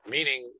Meaning